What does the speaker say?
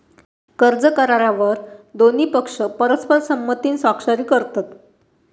कर्ज करारावर दोन्ही पक्ष परस्पर संमतीन स्वाक्षरी करतत